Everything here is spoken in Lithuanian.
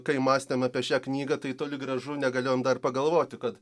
kai mąstėm apie šią knygą tai toli gražu negalėjome dar pagalvoti kad